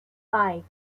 five